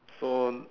so on